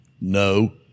no